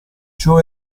ciò